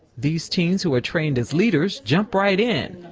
these teens, who are trained as leaders, jump right in.